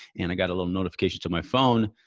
and i got a little notification to my phone.